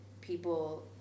people